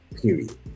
Period